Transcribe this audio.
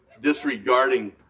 disregarding